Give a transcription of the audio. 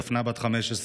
דפנה בת 15,